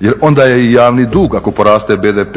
Jer onda je i javni dug ako poraste BDP,